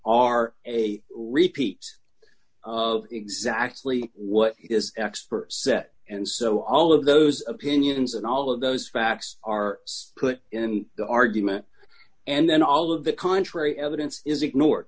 are a repeat of exactly what is expert set and so all of those opinions and all of those facts are put in the argument and then all of the contrary evidence is ignore